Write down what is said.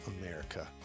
America